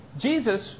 Jesus